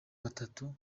batatu